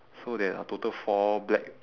so there are total four black